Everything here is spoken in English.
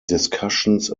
discussions